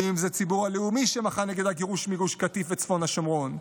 ואם זה הציבור הלאומי שמחה נגד הגירוש מגוש קטיף וצפון השומרון,